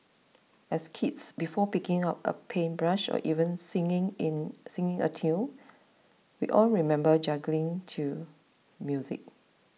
as kids before picking up a paintbrush or even singing in singing a tune we all remember juggling to music